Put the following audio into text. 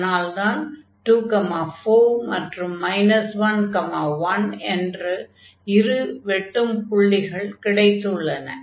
அதனால்தான் 2 4 மற்றும் 11 என்ற இரு வெட்டும் புள்ளிகள் கிடைத்துள்ளன